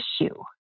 issue